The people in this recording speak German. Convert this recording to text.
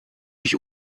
ich